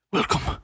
Welcome